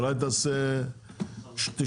אולי תעשה 90%?